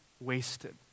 wasted